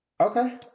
Okay